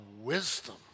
wisdom